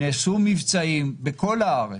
נעשו מבצעים בכל הארץ,